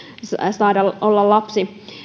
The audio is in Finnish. saada olla lapsi